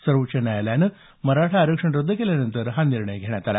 सर्वोच्च न्यायालयानं मराठा आरक्षण रद्द केल्यानंतर हा निर्णय घेण्यात आला